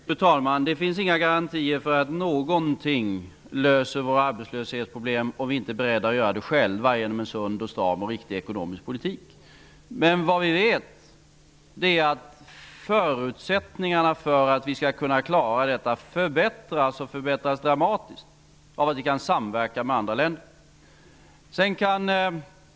Fru talman! Det finns inga garantier för att någonting löser våra arbetslöshetsproblem om vi inte är beredda att göra det själva genom en sund, stram och riktig ekonomisk politik. Det vi vet är att förutsättningarna för att vi skall kunna klara detta förbättras dramatiskt av att vi kan samverka med andra länder.